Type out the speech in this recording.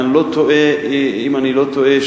אם אני לא טועה,